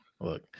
look